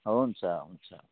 हुन्छ हुन्छ